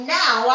now